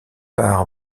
par